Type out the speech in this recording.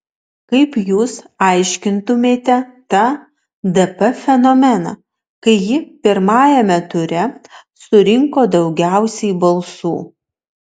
kaip jūs aiškintumėte tą dp fenomeną kai ji pirmajame ture surinko daugiausiai balsų